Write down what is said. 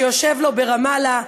שיושב לו ברמאללה,